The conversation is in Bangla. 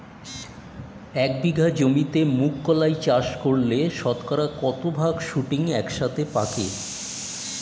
এক বিঘা জমিতে মুঘ কলাই চাষ করলে শতকরা কত ভাগ শুটিং একসাথে পাকে?